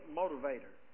motivator